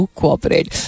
cooperate